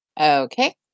Okay